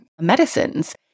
medicines